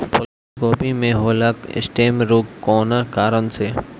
फूलगोभी में होला स्टेम रोग कौना कारण से?